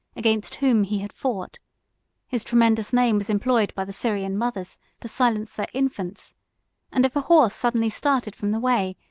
against whom he had fought his tremendous name was employed by the syrian mothers to silence their infants and if a horse suddenly started from the way,